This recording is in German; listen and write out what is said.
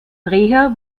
dreher